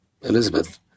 Elizabeth